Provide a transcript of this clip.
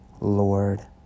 Lord